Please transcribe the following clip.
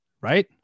Right